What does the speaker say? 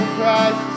Christ